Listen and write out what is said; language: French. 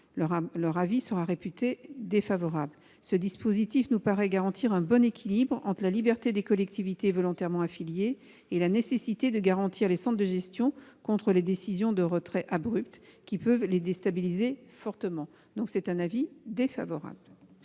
leur avis sera réputé défavorable. Ce dispositif nous paraît garantir un bon équilibre entre la liberté des collectivités territoriales volontairement affiliées et la nécessité de protéger les centres de gestion contre les décisions de retrait abrupt susceptibles de les déstabiliser fortement. L'avis est donc défavorable.